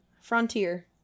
Frontier